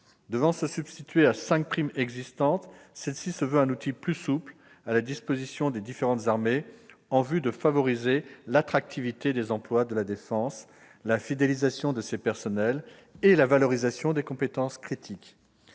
à se substituer à cinq primes existantes. Elle est conçue comme un outil plus souple, à la disposition des différentes armées. Elle a vocation à favoriser l'attractivité des emplois de la défense, la fidélisation de ses personnels et la valorisation de ses compétences critiques.